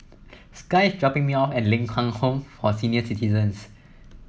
Sky is dropping me off at Ling Kwang Home for Senior Citizens